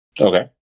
Okay